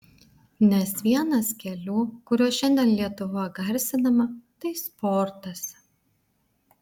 nes vienas kelių kuriuo šiandien lietuva garsinama tai sportas